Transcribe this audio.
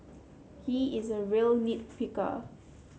he is a real nit picker